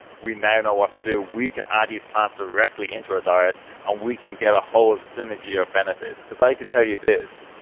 we now know what to do. we can add these plants directly into our diet and we can get a whole synergy of benefits. because i can tell you this.